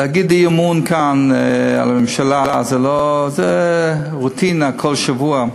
להציג כאן אי-אמון בממשלה, זה רוטינה, כל שבוע.